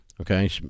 Okay